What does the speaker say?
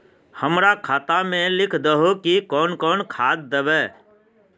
हमरा खाता में लिख दहु की कौन कौन खाद दबे?